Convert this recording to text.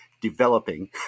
developing